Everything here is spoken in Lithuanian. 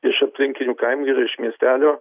iš aplinkinių kaimų yra iš miestelių